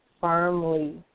firmly